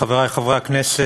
חברי חברי הכנסת,